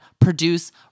produce